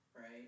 right